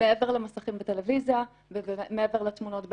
מעבר למסכים בטלוויזיה ומעבר לתמונות בעיתונים,